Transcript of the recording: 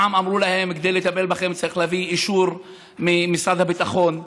פעם אמרו להם שכדי לטפל בהם צריך להביא אישור ממשרד הביטחון.